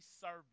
service